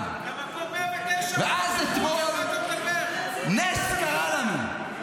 -- על מה אתה מדבר ----- ואז אתמול נס קרה לנו.